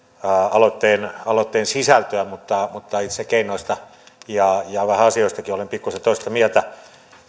aloitteen aloitteen sisältöä mutta itse keinoista ja vähän asioistakin olen pikkuisen toista mieltä